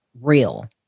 real